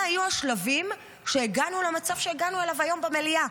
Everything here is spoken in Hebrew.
מה היו השלבים שהגענו למצב שהגענו אליו היום במליאה.